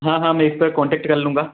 हाँ हाँ मैं इस पर कोन्टेक्ट कर लूँगा